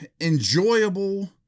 enjoyable